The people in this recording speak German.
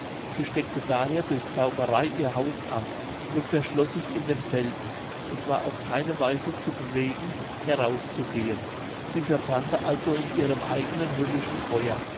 sie steckte daher durch zauberei ihr haus an und verschloß sich in demselben und war auf keine weise zu bewegen herauszugehen sie verbrannte also in ihrem eigenen höllischen feuer